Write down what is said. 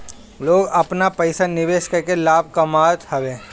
लोग आपन पईसा निवेश करके लाभ कामत हवे